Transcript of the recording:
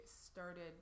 started